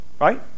Right